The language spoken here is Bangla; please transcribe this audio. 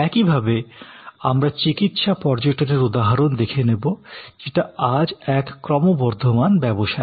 একইভাবে আমরা চিকিৎসা পর্যটনের উদাহরণ দেখে নেবো যেটা আজ এক ক্রমবর্ধমান ব্যবসায়